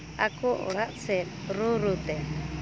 ᱟᱠᱚ ᱚᱲᱟᱜ ᱥᱮᱫ ᱨᱩᱻᱨᱩᱻ ᱛᱮ